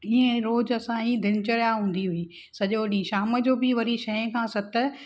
इएं रोज़ असांजी दिनचर्या हूंदी हुई सॼो ॾींहुं शाम जो बि वरी छएं खां सत ध्यान में